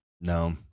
no